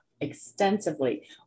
extensively